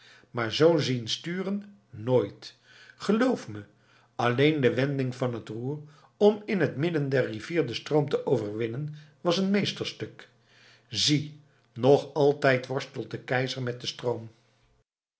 maar z zien sturen nooit geloof me alleen de wending van het roer om in het midden der rivier den stroom te overwinnen was een meesterstuk zie nog altijd worstelt de keizer met den stroom